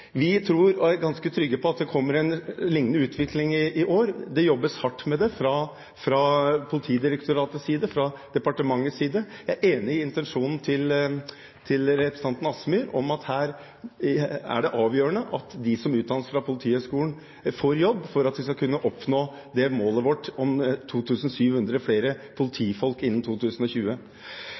at det kommer en liknende utvikling i år. Det jobbes hardt med det fra Politidirektoratets side og fra departementets side. Jeg er enig i intensjonen til representanten Kielland Asmyhr, om at her er det avgjørende at de som utdannes fra Politihøgskolen, får jobb for at vi skal kunne oppnå målet vårt om 2 700 flere politifolk innen 2020.